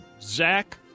Zach